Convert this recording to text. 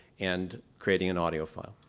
and creating an audio file.